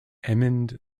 edmund